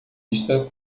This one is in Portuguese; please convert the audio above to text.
vista